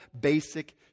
basic